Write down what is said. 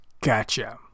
Gotcha